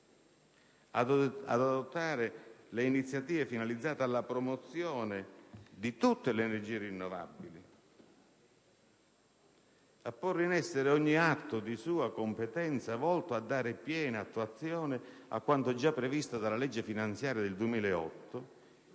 ad adottare ogni iniziativa finalizzata alla promozione delle energie rinnovabili, a porre in essere ogni atto di sua competenza volto a dare piena attuazione a quanto già previsto dalla legge finanziaria per il 2008